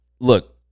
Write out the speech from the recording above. Look